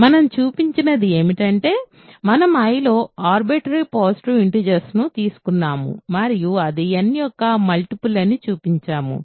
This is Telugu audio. కాబట్టి మనం చూపించినది ఏమిటంటే మనం I లో ఆర్బిటరీ పాజిటివ్ ఇంటిజర్స్ ని తీసుకున్నాము మరియు అది n యొక్క మల్టిపుల్ అని చూపించాము